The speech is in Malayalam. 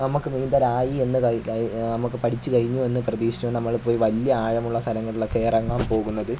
നമ്മൾക്ക് നീന്തലായി എന്ന് നമുക്ക് പഠിച്ച് കഴിഞ്ഞൂ എന്ന് പ്രതീക്ഷിച്ചു കൊണ്ട് നമ്മൾ പോയി വലിയ ആഴമുള്ള സ്ഥലങ്ങളിലൊക്കെ ഇറങ്ങാന് പോകുന്നത്